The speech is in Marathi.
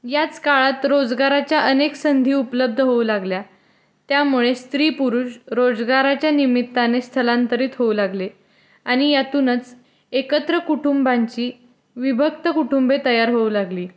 याच काळात रोजगाराच्या अनेक संधी उपलब्ध होऊ लागल्या त्यामुळे स्त्री पुरुष रोजगाराच्या निमित्ताने स्थलांतरित होऊ लागले आणि यातूनच एकत्र कुटुंबांची विभक्त कुटुंबे तयार होऊ लागली